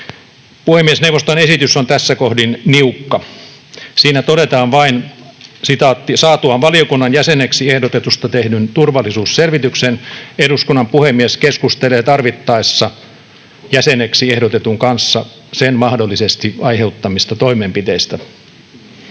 Puhemiesneuvoston esitys on tässä kohdin niukka. Siinä todetaan vain: ”Saatuaan valiokunnan jäseneksi ehdotetusta tehdyn turvallisuusselvityksen eduskunnan puhemies keskustelee tarvittaessa jäseneksi ehdotetun kanssa sen mahdollisesti aiheuttamista toimenpiteistä.”